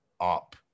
up